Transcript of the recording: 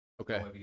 okay